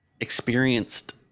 experienced